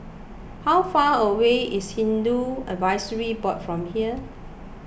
how far away is Hindu Advisory Board from here